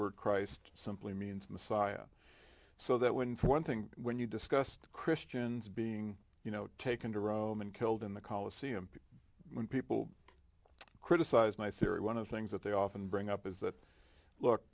word christ simply means messiah so that when one thing when you discussed christians being you know taken to rome and killed in the coliseum when people criticize my theory one of the things that they often bring up is that look